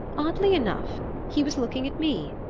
oddly enough he was looking at me,